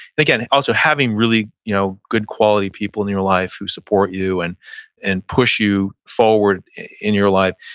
and again, also having really you know good quality people in your life who support you and and push you forward in your life.